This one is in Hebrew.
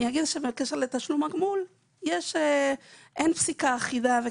אני אגיד שבקשר לתשלום הגמול אין פסיקה אחידה.